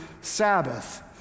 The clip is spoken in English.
Sabbath